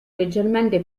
leggermente